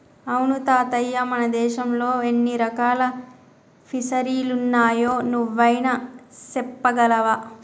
అవును తాతయ్య మన దేశంలో ఎన్ని రకాల ఫిసరీలున్నాయో నువ్వైనా సెప్పగలవా